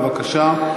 בבקשה.